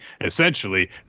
Essentially